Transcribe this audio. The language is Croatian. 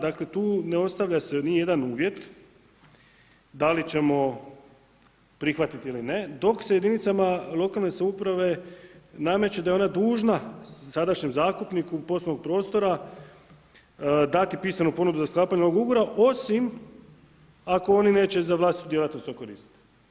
Dakle, tu ne ostavlja se ni jedan uvjet, da li ćemo prihvatiti ili ne, dok se jedinicama lokalne samouprave nameće da je ona dužna sadašnjem zakupniku poslovnog prostora dati pisanu ponudu za sklapanje ovog ugovora, osim ako oni neće za vlastitu djelatnost to koristiti.